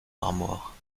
l’armoire